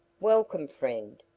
welcome, friend,